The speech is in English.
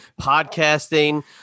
podcasting